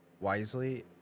wisely